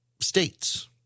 states